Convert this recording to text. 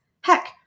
Heck